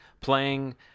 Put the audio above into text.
playing